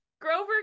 Grover